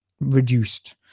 reduced